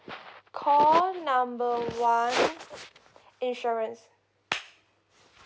call number one insurance